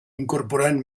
incorporant